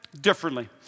differently